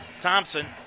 Thompson